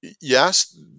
yes